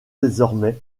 désormais